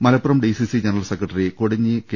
Malappuram D C C general secretary Kodinhi K